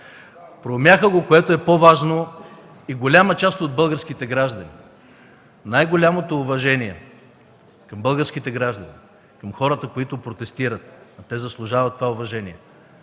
Проумяха го, което е по-важно, и голяма част от българските граждани. Най-голямото уважение към българските граждани, към хората, които протестират, а те заслужават това уважение